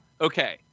okay